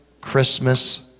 Christmas